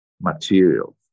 materials